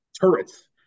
turrets